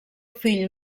fill